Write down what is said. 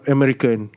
American